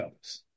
office